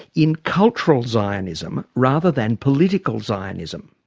in cultural zionism rather than political zionism?